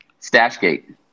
Stashgate